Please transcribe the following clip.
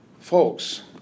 Folks